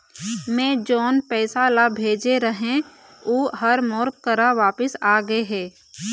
मै जोन पैसा ला भेजे रहें, ऊ हर मोर करा वापिस आ गे हे